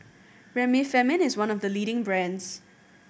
Remifemin is one of the leading brands